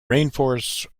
rainforests